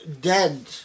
dead